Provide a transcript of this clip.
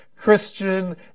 Christian